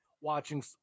watching